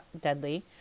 deadly